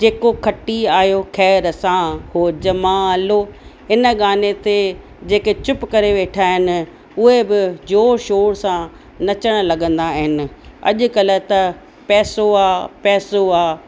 जेको खटी आयो ख़ैर सां होजमालो हिन गाने ते जेके चुप करे वेठा आहिनि उहे बि ज़ोर शोर सां नचण लॻंदा आहिनि अॼु कल्ह त पैसो आ पैसो आ